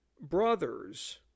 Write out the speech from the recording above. brothers